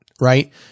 Right